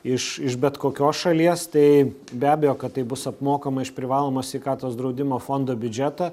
iš iš bet kokios šalies tai be abejo kad tai bus apmokama iš privalomo sveikatos draudimo fondo biudžeto